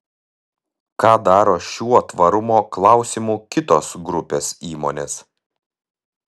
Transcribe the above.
ką daro šiuo tvarumo klausimu kitos grupės įmonės